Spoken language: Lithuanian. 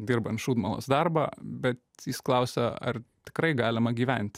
dirbant šūdmalos darbą bet jis klausia ar tikrai galima gyventi